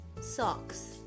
Socks